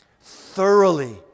thoroughly